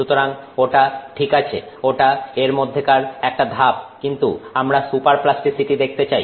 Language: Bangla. সুতরাং ওটা ঠিক আছে ওটা এর মধ্যেকার একটা ধাপ কিন্তু আমরা সুপারপ্লাস্টিসিটি দেখতে চাই